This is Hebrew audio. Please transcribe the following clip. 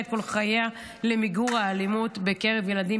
את כל חייה למיגור האלימות כלפי ילדים,